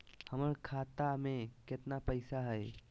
हमर खाता मे केतना पैसा हई?